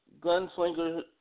gunslinger